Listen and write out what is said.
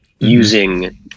Using